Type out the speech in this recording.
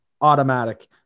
automatic